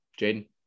Jaden